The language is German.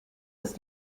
ist